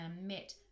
met